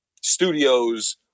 studios